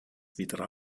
wieder